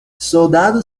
soldado